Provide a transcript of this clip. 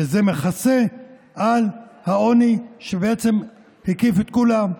שזה מכסה על העוני שהקיף את כולם.